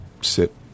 sit